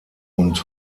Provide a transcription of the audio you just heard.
und